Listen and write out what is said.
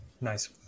nice